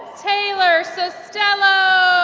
tayler sustello.